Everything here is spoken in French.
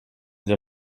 veut